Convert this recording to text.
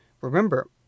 Remember